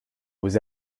was